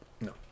No